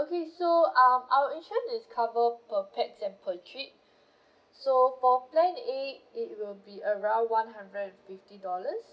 okay so um our insurance is cover per pax and per trip so for plan A it will be around one hundred and fifty dollars